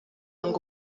ngo